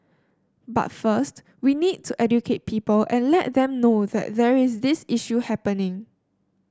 but first we need to educate people and let them know that there is this issue happening